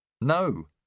No